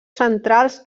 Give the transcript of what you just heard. centrals